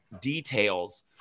details